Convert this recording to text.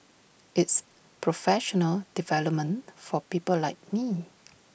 it's professional development for people like me